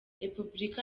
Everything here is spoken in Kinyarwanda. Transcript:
repubulika